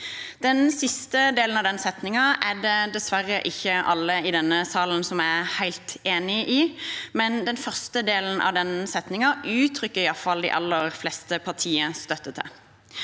Den siste delen av den setningen er det dessverre ikke alle i denne salen som er helt enig i, men den første delen av setningen uttrykker de aller fleste partier støtte til.